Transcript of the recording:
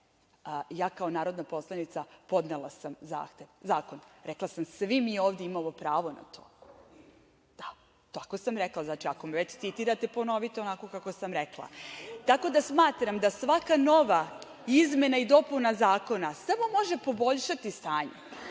ja kao narodna poslanica podnela sam zakon, rekla sam da svi mi ovde imamo pravo na to. Da, tako sam rekla. Znači, ako me već citirate, ponovite onako kako sam rekla. Tako da, smatram da svaka nova izmena i dopuna zakona samo može poboljšati stanje,